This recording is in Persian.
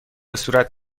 صورت